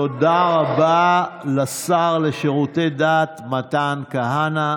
תודה רבה לשר לשירותי דת מתן כהנא.